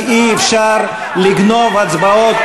כי אי-אפשר לגנוב הצבעות,